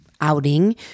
outing